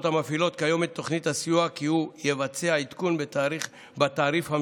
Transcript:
המפעילות כיום את תוכנית הסיוע כי הוא יבצע עדכון בתעריף המשולם,